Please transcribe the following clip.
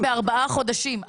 ארבעה ערעורים בארבעה חודשים.